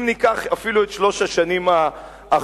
אם ניקח אפילו את שלוש השנים האחרונות,